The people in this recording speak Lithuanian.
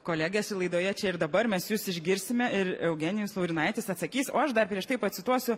kolegės čia laidoje čia ir dabar mes jus išgirsime ir eugenijus laurinaitis atsakys o aš dar prieš tai pacituosiu